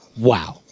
Wow